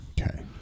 Okay